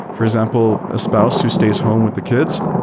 for example, a spouse who stays home with the kids,